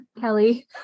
Kelly